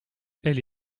elle